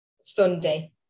Sunday